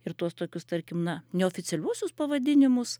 ir tuos tokius tarkim na neoficialiuosius pavadinimus